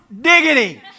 diggity